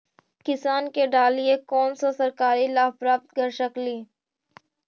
किसान के डालीय कोन सा सरकरी लाभ प्राप्त कर सकली?